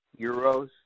euros